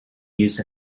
used